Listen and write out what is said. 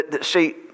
See